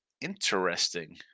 Interesting